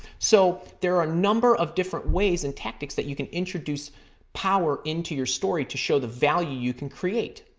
so, there are a number of different ways and tactics that you can introduce power into your story to show the value that you can create.